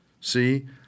See